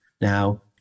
Now